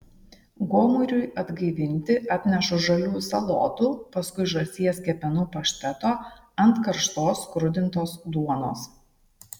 gomuriui atgaivinti atnešu žalių salotų paskui žąsies kepenų pašteto ant karštos skrudintos duonos